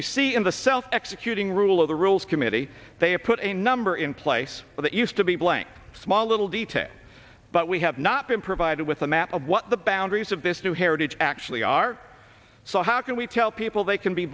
you see in the self executing rule of the rules committee they put a number in place that used to be a blank small little detail but we have not been provided with a map of what the boundaries of this new heritage actually are so how can we tell people they can be